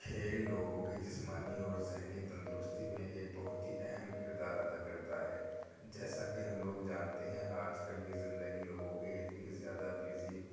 کھیل لوگوں کی جسمانی اور ذہنی تندرستی میں ایک بہت ہی اہم کردار ادا کرتا ہے جیسا کہ ہم لوگ جانتے ہیں آج کل کی زندگی لوگوں کی اتنی زیادہ بیزی